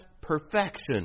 perfection